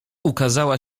ukazała